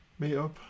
meetup